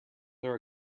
there